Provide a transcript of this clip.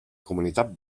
comunitat